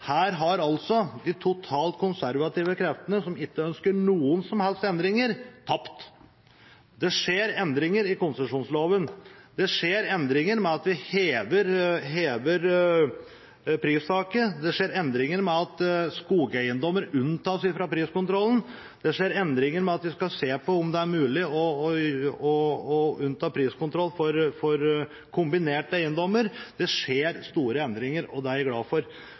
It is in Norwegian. Her har altså de totalt konservative kreftene som ikke ønsker noen som helst endringer, tapt. Det skjer endringer i konsesjonsloven: Det skjer endringer ved at vi hever pristaket. Det skjer endringer ved at skogeiendommer unntas fra priskontroll. Det skjer endringer ved at vi skal se på om det er mulig å unnta kombinerte eiendommer fra priskontroll. Det skjer altså store endringer, og det er jeg glad for,